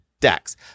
decks